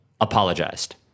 apologized